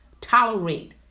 tolerate